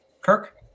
kirk